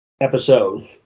episode